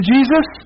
Jesus